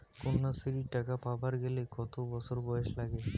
কন্যাশ্রী টাকা পাবার গেলে কতো বছর বয়স লাগে?